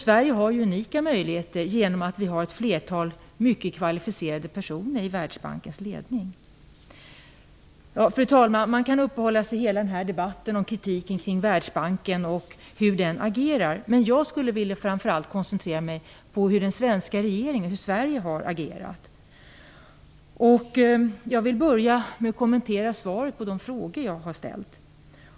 Sverige har unika möjligheter, eftersom vi har ett flertal mycket kvalificerade personer i Världsbankens ledning. Fru talman! Hela den här debatten kan man uppehålla sig kring kritiken mot Världsbanken och hur den agerar. Jag skulle dock framför allt vilja koncentrera mig på hur den svenska regeringen och Sverige har agerat. Jag vill börja med att kommentera svaret på de frågor jag har ställt.